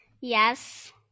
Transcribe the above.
yes